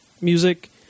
music